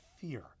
fear